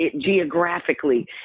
geographically